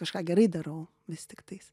kažką gerai darau vis tiktais